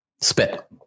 spit